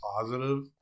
positive